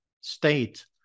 state